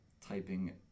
typing